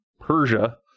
Persia